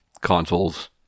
consoles